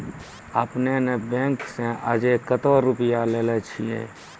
आपने ने बैंक से आजे कतो रुपिया लेने छियि?